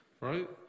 right